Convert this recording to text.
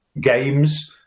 games